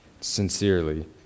sincerely